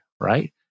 Right